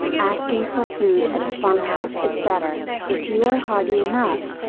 asking for food at a farmhouse is better, if you are hardy enough,